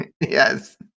yes